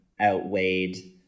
outweighed